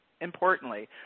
importantly